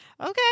Okay